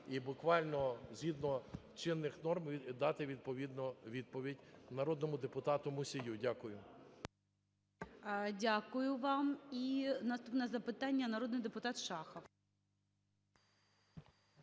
і буквально згідно чинних норм дати відповідно відповідь народному депутату Мусію. Дякую. ГОЛОВУЮЧИЙ. Дякую вам. І наступне запитання - народний депутат Шахов.